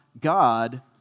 God